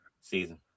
season